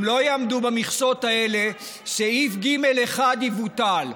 אם לא יעמדו במכסות האלה, סעיף ג(1) יבוטל.